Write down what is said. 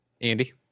Andy